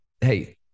Hey